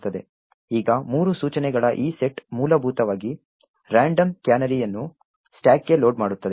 ಈಗ ಮೂರು ಸೂಚನೆಗಳ ಈ ಸೆಟ್ ಮೂಲಭೂತವಾಗಿ ರಾಂಡಮ್ ಕ್ಯಾನರಿಯನ್ನು ಸ್ಟಾಕ್ಗೆ ಲೋಡ್ ಮಾಡುತ್ತದೆ